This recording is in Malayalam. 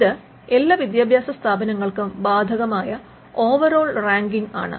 ഇത് എല്ലാ വിദ്യാഭാസ സ്ഥാപനങ്ങൾക്കും ബാധകമായ ഓവർ ഓൾ റാങ്കിങ് ആണ്